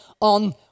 on